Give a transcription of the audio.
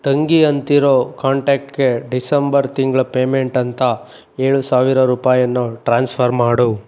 ತಂಗಿ ಅಂತಿರೋ ಕಾಂಟ್ಯಾಕ್ಟ್ಗೆ ಡಿಸೆಂಬರ್ ತಿಂಗಳ ಪೇಮೆಂಟ್ ಅಂತ ಏಳು ಸಾವಿರ ರೂಪಾಯಿಯನ್ನು ಟ್ರಾನ್ಸ್ಫರ್ ಮಾಡು